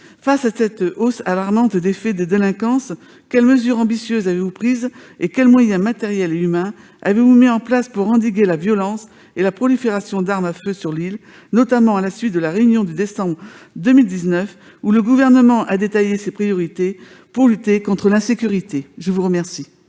Face à cette hausse alarmante des faits de délinquance, madame la ministre, quelles mesures ambitieuses le Gouvernement a-t-il prises ? Quels moyens matériels et humains a-t-il déployés pour endiguer la violence et la prolifération d'armes à feu sur l'île, notamment à la suite de la réunion de décembre 2019, où le Gouvernement a détaillé ses priorités pour lutter contre l'insécurité ? La parole